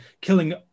killing